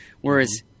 Whereas